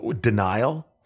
denial